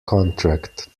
contract